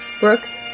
Brooks